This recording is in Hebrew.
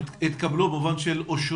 האם התקנות אושרו?